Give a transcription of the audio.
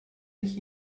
ich